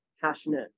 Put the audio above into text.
passionate